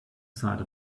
side